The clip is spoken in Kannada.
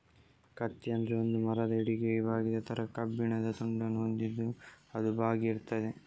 ಕತ್ತಿ ಅಂದ್ರೆ ಒಂದು ಮರದ ಹಿಡಿಕೆಗೆ ಬಾಗಿದ ತರದ ಕಬ್ಬಿಣದ ತುಂಡನ್ನ ಹೊಂದಿದ್ದು ಅದು ಬಾಗಿ ಇರ್ತದೆ